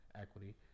equity